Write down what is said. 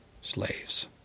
slaves